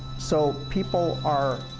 so, people are